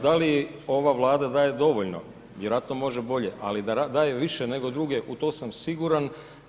Da li ova Vlada daje dovoljno, vjerojatno može bolje ali da daje više nego druge u to sam siguran.